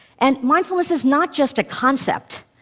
and mindfulness is not just a concept.